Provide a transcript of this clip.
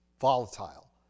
volatile